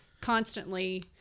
constantly